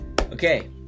Okay